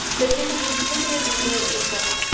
though you could use coconut aminos as well.